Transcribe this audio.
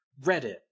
Reddit